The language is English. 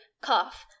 cough